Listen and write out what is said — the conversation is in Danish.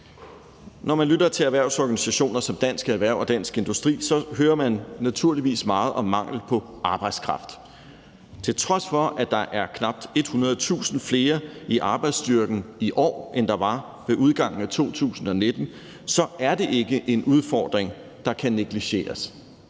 Når man lytter til erhvervsorganisationer som Dansk Erhverv og Dansk Industri, hører man naturligvis meget om mangel på arbejdskraft. Til trods for at der er over 100.000 flere mennesker i arbejdsstyrken i år, end der var ved udgangen af 2019, så er det ikke en udfordring, der kan negligeres.